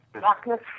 darkness